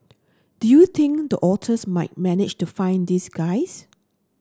do you think the otters might manage to find these guys